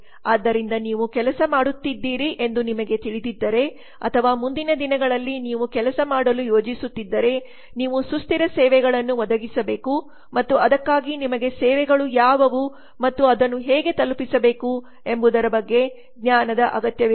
ಆದ್ದರಿಂದ ನೀವು ಕೆಲಸ ಮಾಡುತ್ತಿದ್ದೀರಿ ಎಂದು ನಿಮಗೆ ತಿಳಿದಿದ್ದರೆ ಅಥವಾ ಮುಂದಿನ ದಿನಗಳಲ್ಲಿ ನೀವು ಕೆಲಸ ಮಾಡಲು ಯೋಜಿಸುತ್ತಿದ್ದರೆ ನೀವು ಸುಸ್ಥಿರ ಸೇವೆಗಳನ್ನು ಒದಗಿಸಬೇಕು ಮತ್ತು ಅದಕ್ಕಾಗಿ ನಿಮಗೆ ಸೇವೆಗಳು ಯಾವುವು ಮತ್ತು ಅದನ್ನು ಹೇಗೆ ತಲುಪಿಸಬೇಕು ಎಂಬುದರ ಬಗ್ಗೆ ಜ್ಞಾನದ ಅಗತ್ಯವಿರುತ್ತದೆ